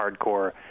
hardcore